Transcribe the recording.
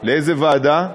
לאיזו ועדה?